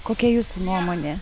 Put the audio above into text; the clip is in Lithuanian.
kokia jūsų nuomonė